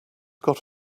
got